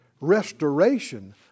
restoration